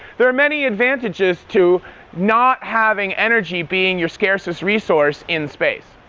there are many advantages to not having energy being your scarcest resource in space.